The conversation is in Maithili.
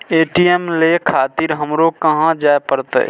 ए.टी.एम ले खातिर हमरो कहाँ जाए परतें?